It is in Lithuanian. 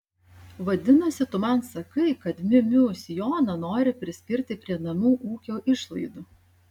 vadinasi tu man sakai kad miu miu sijoną nori priskirti prie namų ūkio išlaidų